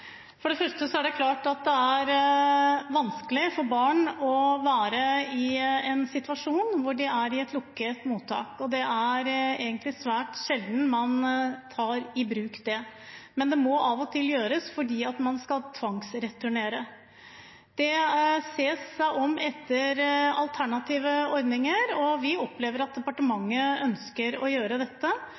For det første er det klart at det er vanskelig for barn å være i en situasjon hvor de er i et lukket mottak. Det er egentlig svært sjelden man tar i bruk det, men det må av og til gjøres fordi man skal tvangsreturnere. Man ser seg om etter alternative ordninger, og vi opplever at departementet ønsker å gjøre dette,